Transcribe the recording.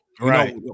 right